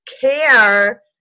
care